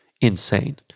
insane